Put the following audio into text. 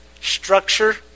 structure